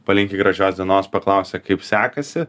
palinki gražios dienos paklausia kaip sekasi